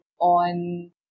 on